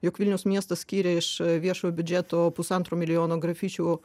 jog vilniaus miestas skyrė iš viešojo biudžeto pusantro milijono grafičių